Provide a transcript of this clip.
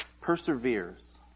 Perseveres